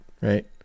right